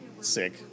sick